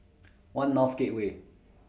one North Gateway